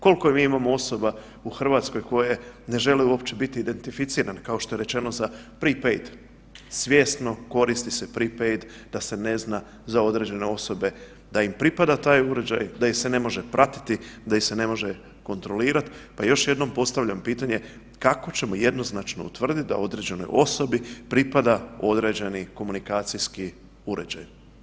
Kolko mi imamo osoba u RH koje ne žele uopće biti identificirane kao što je rečeno za Prid 5, svjesno koristi se Prid 5 da se ne zna za određene osobe da im pripada taj uređaj, da ih se ne može pratiti, da ih se ne može kontrolirat, pa još jednom postavljam pitanje kako ćemo jednoznačno utvrdit da određenoj osobi pripada određeni komunikacijski uređaj?